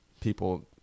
people